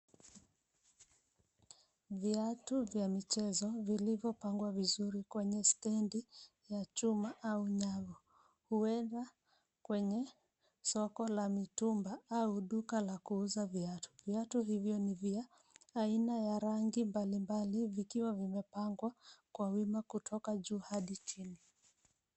Viatu vya michezo vilivyopangwa vizuri kwenye stendi ya chuma au nyavu huenda kwenye soko la mitumba au duka la kuuza viatu. Viatu hivyo ni vya aina ya rangi mbalimbali vikiwa vimepangwa kwa wima kutoka juu hadi chini.